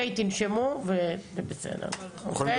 כל אחד